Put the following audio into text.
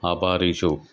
આભારી છું